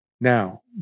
Now